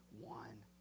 one